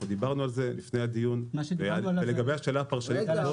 אנחנו דיברנו על זה לפני הדיון ולגבי השאלה הפרשנית -- רגע,